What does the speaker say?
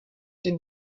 den